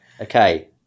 Okay